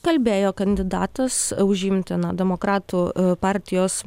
kalbėjo kandidatas užimti na demokratų partijos